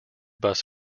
bus